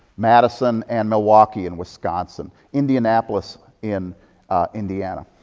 madison, and milwaukee in wisconsin, indianapolis in indiana.